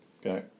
Okay